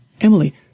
Emily